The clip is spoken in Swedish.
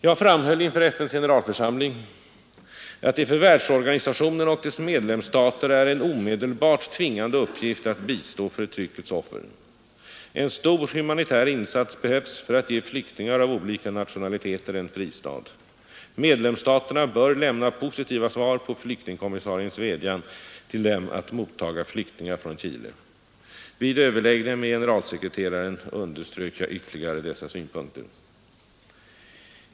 Jag framhöll inför FN:s generalförsamling att det för världsorganisationen och dess medlemsstater är en omedelbar tvingande uppgift att bistå förtryckets offer. En stor humanitär insats behövs för att ge flyktingar av olika nationaliteter en fristad. Medlemsstaterna bör lämna positiva svar på flyktingkommissariens vädjan till dem att motta flyktingar från Chile. Vid överläggningar med generalsekreteraren underströk jag ytterligare dessa synpunkter.